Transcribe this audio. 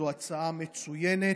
זו הצעה מצוינת,